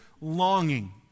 longing